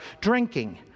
drinking